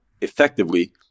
effectively